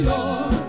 Lord